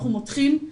אנחנו מותחים,